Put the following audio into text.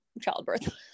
childbirth